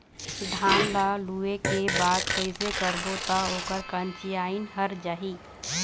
धान ला लुए के बाद कइसे करबो त ओकर कंचीयायिन हर जाही?